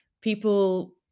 people